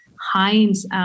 Heinz